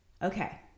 Okay